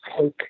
take